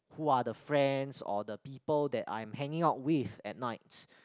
who are the friends or the people that I'm hanging out with at night